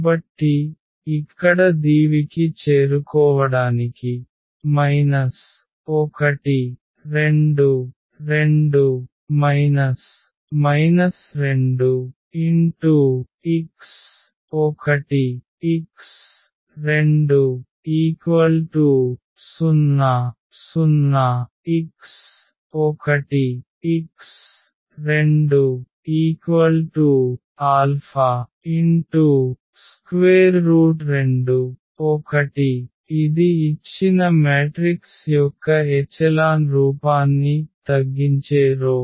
కాబట్టి ఇక్కడ దీవికి చేరుకోవడానికి 1 2 2 2 x1 x2 0 0 x1 x2 α√2 1 ఇది ఇచ్చిన మ్యాట్రిక్స్ యొక్క ఎచెలాన్ రూపాన్ని తగ్గించే రో